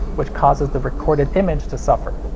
which causes the recorded image to suffer.